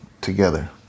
Together